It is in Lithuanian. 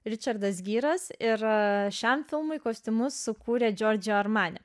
ričardas giras ir šiam filmui kostiumus sukūrė džordže ar manė